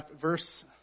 verse